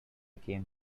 came